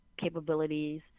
Capabilities